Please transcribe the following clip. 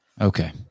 Okay